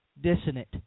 dissonant